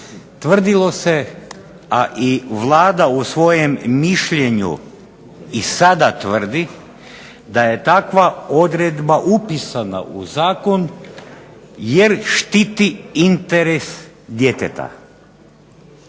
tvrdilo se a i Vlada u svojem mišljenju i sada tvrdi da je takva odredba upisana u zakon jer štiti interes djeteta.